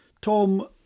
Tom